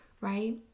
right